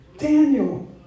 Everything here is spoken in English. Daniel